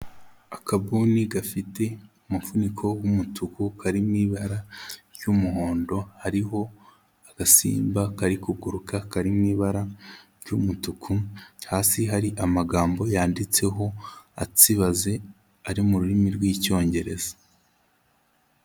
Akabuni gafite umufuniko w'umutuku kari mu ibara ry'umuhondo, hariho agasimba kari kuguruka kari mu ibara ry'umutuku, hasi hari amagambo yanditseho akibaze, ari mu rurimi rw'icyongereza.